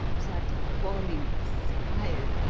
that appalling smile.